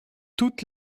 toute